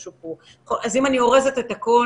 אם אני אורזת את הכל,